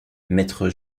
maître